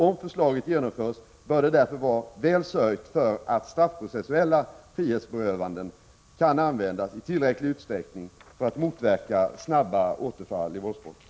Om förslaget genomförs, bör det därför vara väl sörjt för att straffprocessuella frihetsberövanden kan användas i tillräcklig utsträckning för att motverka snabba återfall i våldsbrott.